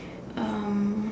um